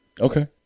Okay